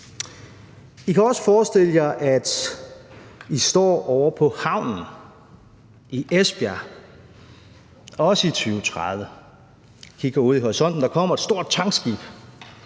I kan også forestille jer, at I står ovre på havnen i Esbjerg, også i 2030, og kigger ud i horisonten. Der kommer et stort tankskib.